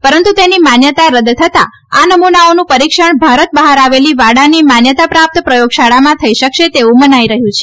પરંતુ તેની માન્યતા રદ થતા આ નમૂનાઓનું પરીક્ષણ ભારત બહાર આવેલી વાડાની માન્યતા પ્રાપ્ત પ્રયોગશાળામાં થઈ શકશે તેવું મનાઈ રહ્યું છે